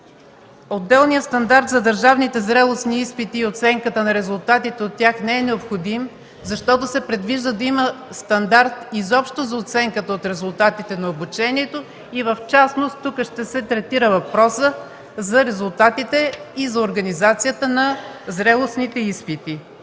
Отделен стандарт за държавните зрелостни изпити и оценката на резултатите от тях не е необходим, защото се предвижда да има стандарт изобщо за оценката от резултатите на обучението и в частност тук ще се третира въпросът за резултатите и за организацията на зрелостните изпити.